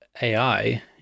AI